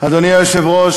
אדוני היושב-ראש,